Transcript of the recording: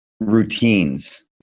routines